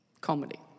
comedy